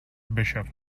bishop